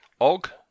Og